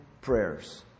prayers